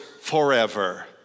forever